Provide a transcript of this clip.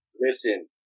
Listen